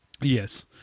Yes